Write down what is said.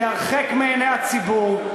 כי הרחק מעיני הציבור,